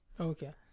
Okay